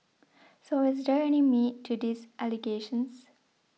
so is there any meat to these allegations